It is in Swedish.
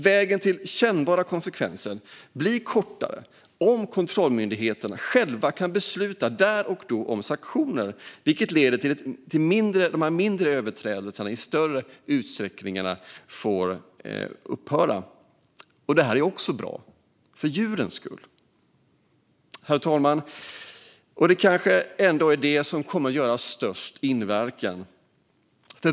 Vägen till kännbara konsekvenser blir kortare om kontrollmyndigheterna själva kan besluta om sanktioner, vilket leder till att mindre överträdelser i större utsträckning kommer att upphöra. Detta är också bra, för djurens skull. Herr talman! Det är kanske ändå detta som kommer att ha störst inverkan.